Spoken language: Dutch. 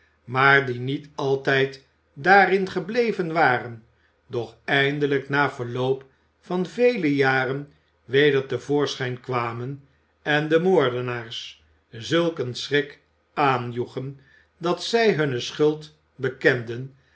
maar die niet altijd daarin gebleven waren doch eindelijk na verloop van vele jaren weder te voorschijn kwamen en de moordenaars zulk een schrik aanjoegen dat zij hunne schuld bekenden